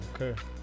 Okay